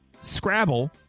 Scrabble